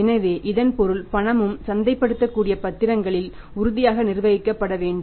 எனவே இதன் பொருள் பணமும் சந்தைப்படுத்தக்கூடிய பத்திரங்களில் உறுதியக நிர்வகிக்கப்பட வேண்டும்